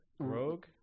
Rogue